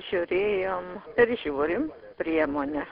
žiūrėjom ir žiūrim priemones